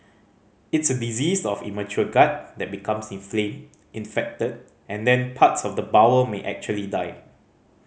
it's a disease of immature gut that becomes inflamed infected and then parts of the bowel may actually die